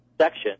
section